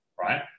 right